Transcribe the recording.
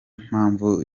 mpamvu